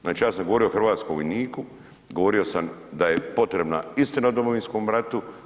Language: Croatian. Znači ja sam govorio o hrvatskom vojniku, govorio sam da je potrebna istina o Domovinskom ratu.